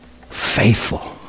faithful